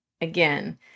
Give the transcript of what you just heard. again